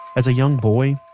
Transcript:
as a young boy,